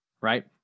Right